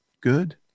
good